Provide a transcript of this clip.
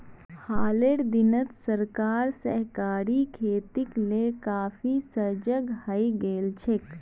हालेर दिनत सरकार सहकारी खेतीक ले काफी सजग हइ गेल छेक